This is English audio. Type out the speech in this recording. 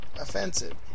offensive